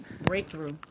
Breakthrough